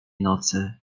nocy